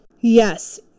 Yes